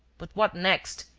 but what next?